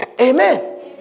Amen